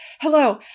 hello